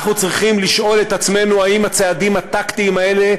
אנחנו צריכים לשאול את עצמנו האם הצעדים הטקטיים האלה,